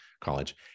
college